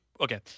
Okay